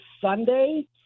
Sunday